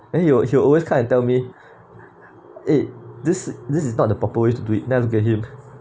then he will he will always come and tell me eh this this is not the proper way to do it then I'll look at him